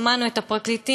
שמענו את הפרקליטים,